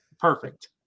Perfect